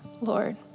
Lord